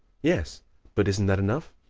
yes but isn't that enough?